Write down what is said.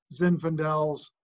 Zinfandels